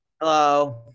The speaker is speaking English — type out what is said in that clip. Hello